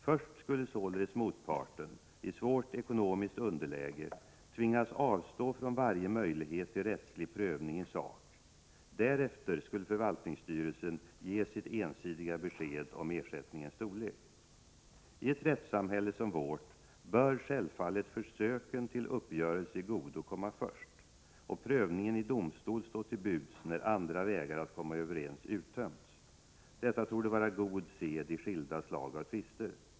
Först skulle således motparten i svårt ekonomiskt underläge tvingas avstå från varje möjlighet till rättslig prövning i sak, och därefter skulle förvaltningsstyrelsen ge sitt ensidiga besked om ersättningens storlek. I ett rättssamhälle som vårt bör självfallet försöken till uppgörelse i godo komma först och prövningen i domstol stå till buds när andra vägar att komma överens uttömts. Detta torde vara god sed i skilda slag av tvister.